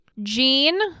Jean